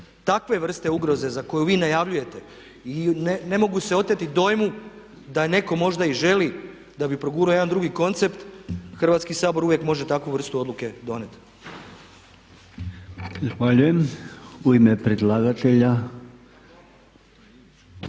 takve vrste ugroze koju vi najavljujete i ne mogu se oteti dojmu da netko možda i želi da bi progurao jedan drugi koncept Hrvatski sabor uvijek može takvu vrstu odluke donijeti. **Podolnjak,